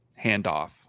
handoff